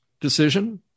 decision